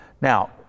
Now